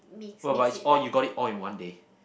oh but is all you got it all in one day